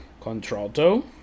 Contralto